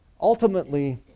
Ultimately